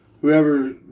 whoever